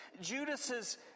Judas's